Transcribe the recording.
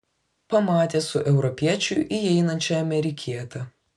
pamatė su europiečiu įeinančią amerikietę